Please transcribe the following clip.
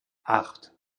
acht